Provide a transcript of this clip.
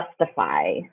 justify